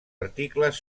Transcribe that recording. articles